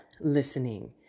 listening